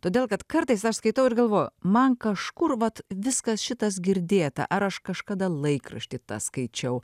todėl kad kartais aš skaitau ir galvoju man kažkur vat viskas šitas girdėta ar aš kažkada laikrašty tą skaičiau